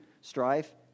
strife